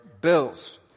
bills